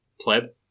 Pleb